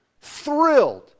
thrilled